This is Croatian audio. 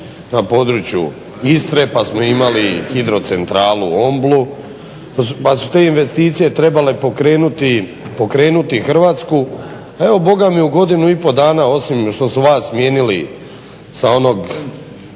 na području Istre pa smo imali hidrocentralu u Oblu pa su te investicije trebale pokrenuti Hrvatsku. A evo bogami u godinu i pol dana osim što su vas smijenili sa onog